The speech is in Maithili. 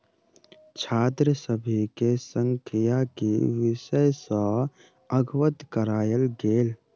छात्र सभ के सांख्यिकी विषय सॅ अवगत करायल गेल